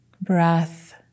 breath